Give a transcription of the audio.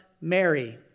Mary